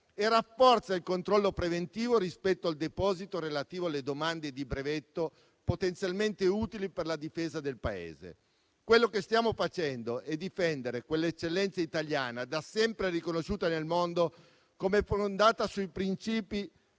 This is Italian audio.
e rafforza il controllo preventivo rispetto al deposito relativo alle domande di brevetto potenzialmente utili per la difesa del Paese. Quello che stiamo facendo è difendere quell'eccellenza italiana da sempre riconosciuta nel mondo come fondata sui principi